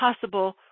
possible